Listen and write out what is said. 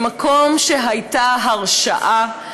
במקום שהייתה הרשעה,